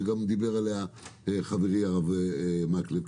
שדיבר עליה גם חברי הרב מקלב,